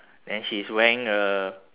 and she's wearing a